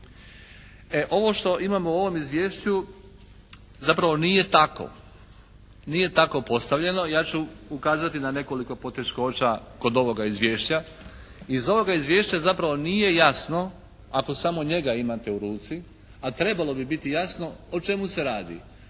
ovo što imamo u ovom izvješću zapravo nije tako, nije tako postavljeno. Ja ću ukazati na nekoliko poteškoća kod ovoga izvješća. Iz ovoga izvješća zapravo nije jasno ako samo njega imate u ruci, a trebalo bi biti jasno o čemu se radi?